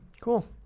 Cool